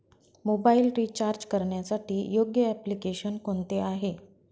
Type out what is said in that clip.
Mobile recharge करण्यासाठी योग्य application कोणते आहे?